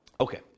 Okay